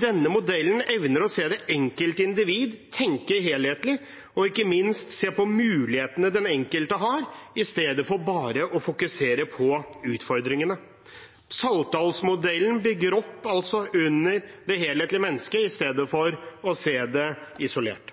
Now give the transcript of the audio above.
denne modellen evner å se det enkelte individ, tenke helhetlig og ikke minst se mulighetene den enkelte har, i stedet for bare å fokusere på utfordringene. Saltdalsmodellen bygger altså opp under det helhetlige mennesket, i stedet for å se det isolert.